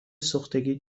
سوختگی